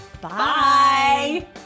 Bye